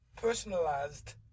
personalized